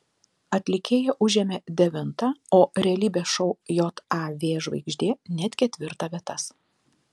atlikėja užėmė devintą o realybės šou jav žvaigždė net ketvirtą vietas